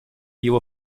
его